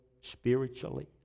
spiritually